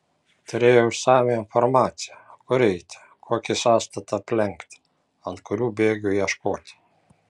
turėjau išsamią informaciją kur eiti kokį sąstatą aplenkti ant kurių bėgių ieškoti